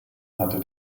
hatte